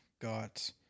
got